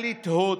די לתהות,